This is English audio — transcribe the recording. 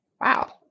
wow